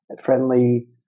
friendly